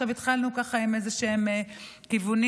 עכשיו התחלנו ככה עם איזשהם כיוונים,